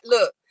Look